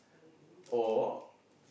or